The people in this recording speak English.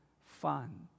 fun